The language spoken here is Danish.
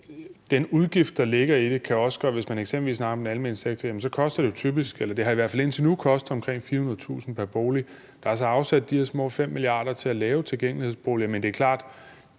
den udgift, der ligger i det – hvis man eksempelvis snakker om den almene sektor – at så har det i hvert fald indtil nu kostet omkring 400.000 kr. pr. bolig. Der er altså afsat de her små 5 mia. kr. til at lave tilgængelighedsboliger, men det er klart,